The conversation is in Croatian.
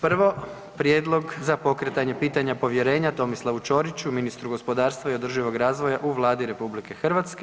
Prvo, Prijedlog za pokretanje pitanja povjerenja Tomislavu Ćoriću, ministru gospodarstva i održivog razvoja u Vladi RH.